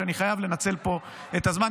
ואני חייב לנצל פה את הזמן,